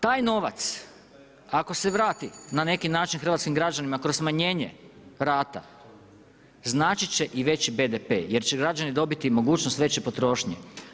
Taj novac ako se vrati na neki način hrvatskim građanima kroz smanjenje rata značit će i veći BDP jer će građani dobiti mogućnost veće potrošnje.